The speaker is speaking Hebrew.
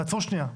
תעצרו שנייה.